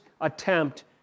attempt